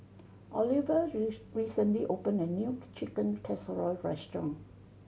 Oliva recently opened a new Chicken Casserole restaurant